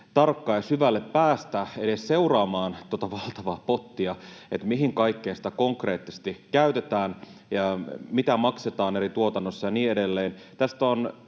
tarkkaan ja syvälle päästä edes seuraamaan tuota valtavaa pottia ja sitä, mihin kaikkeen sitä konkreettisesti käytetään ja mitä maksetaan eri tuotannoissa ja niin edelleen.